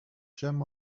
gem